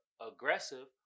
aggressive